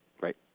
right